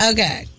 Okay